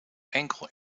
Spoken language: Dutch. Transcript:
enkel